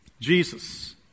Jesus